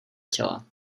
těla